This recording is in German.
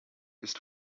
ist